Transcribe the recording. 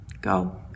Go